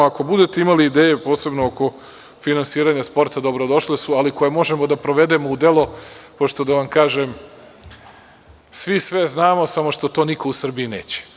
Ako budete imali ideje posebno oko finansiranja sporta dobro došle su, ali koje možemo da provedemo u delo, pošto šta da vam kažem, svi sve znamo, samo što to niko u Srbiji neće.